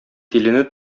тилене